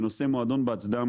בנושא מועדון בהצדעה.